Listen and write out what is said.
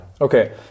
Okay